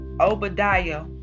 Obadiah